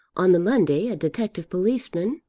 on the monday a detective policeman,